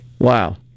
Wow